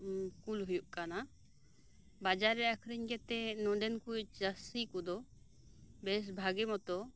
ᱠᱩᱞ ᱦᱩᱭᱩᱜ ᱠᱟᱱᱟ ᱵᱟᱡᱟᱨ ᱨᱮ ᱟᱹᱠᱷᱨᱤᱧ ᱠᱟᱛᱮᱫ ᱱᱚᱰᱮᱱ ᱠᱚ ᱪᱟᱹᱥᱤ ᱠᱚᱫᱚ ᱵᱮᱥ ᱵᱷᱟᱜᱮ ᱢᱚᱛᱚ